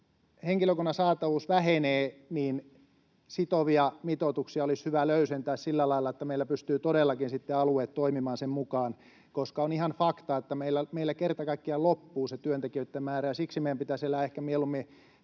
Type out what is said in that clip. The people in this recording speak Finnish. henkilökunnan saatavuus vähenee, niin sitovia mitoituksia olisi hyvä löysentää sillä lailla, että meillä alueet pystyvät todellakin toimimaan sen mukaan. On ihan fakta, että meillä kerta kaikkiaan loppuu se työntekijöitten määrä. Siksi meidän pitäisi elää ehkä mieluummin